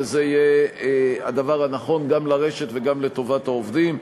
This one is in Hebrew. וזה יהיה הדבר הנכון גם לרשת וגם לטובת העובדים.